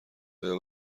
آیا